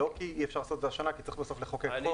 לא כי אי אפשר לעשות את זה השנה אלא כי בסוף צריך לחוקק חוק.